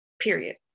period